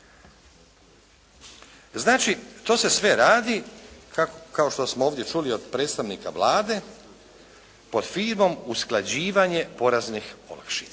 Znači to se sve radi, kao što smo ovdje čuli od predstavnika Vlade, pod fibom usklađivanje poreznih olakšica.